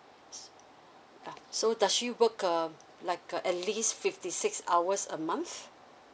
yeah does she work uh like uh at least fifty six hours a month